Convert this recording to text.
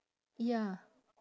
ya